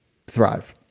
thrive.